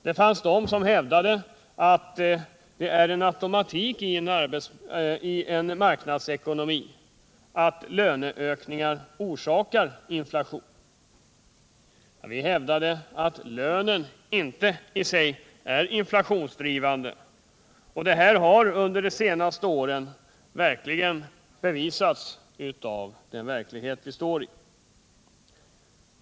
Det fanns de som hävdade att det är en automatik i en marknadsekonomi att löneökningar orsakar inflation. Vi hävdade att lönen inte i sig är inflationsdrivande, och detta har under de senaste åren verkligen bevisats av den verklighet vi står i.